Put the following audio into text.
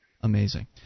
Amazing